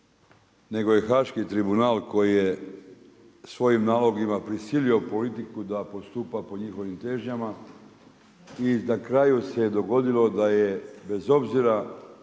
nego je haški tribunal koji je svojim nalozima prisilio politiku da postupa po njihovim težnjama i na kraju se dogodilo da je bez obzira